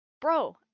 bro